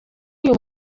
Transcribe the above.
uyu